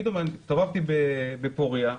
הסתובבתי בפורייה,